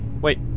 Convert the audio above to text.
wait